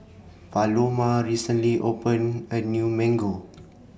Paloma recently opened A New Mango